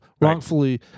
wrongfully